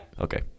Okay